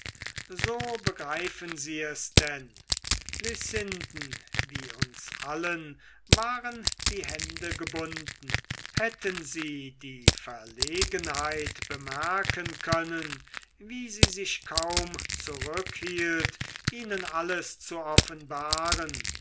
so begreifen sie es denn lucinden wie uns allen waren die hände gebunden hätten sie die verlegenheit bemerken können wie sie sich kaum zurückhielt ihnen alles zu offenbaren